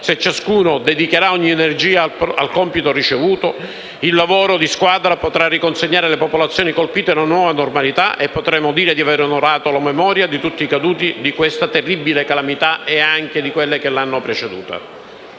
se ciascuno dedicherà ogni energia al compito ricevuto, il lavoro di squadra potrà riconsegnare alle popolazioni colpite una nuova normalità e potremo dire di aver onorato la memoria di tutti i caduti in questa terribile calamità e in quelle che l'hanno preceduta.